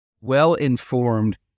well-informed